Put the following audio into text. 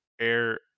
air